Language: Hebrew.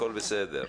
הכול בסדר.